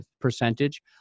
percentage